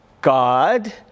god